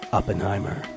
Oppenheimer